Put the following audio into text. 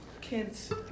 kids